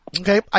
Okay